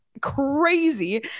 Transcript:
crazy